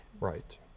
Right